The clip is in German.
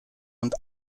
und